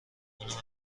اونم